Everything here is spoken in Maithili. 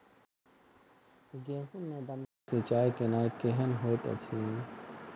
गेंहूँ मे दमकल सँ सिंचाई केनाइ केहन होइत अछि?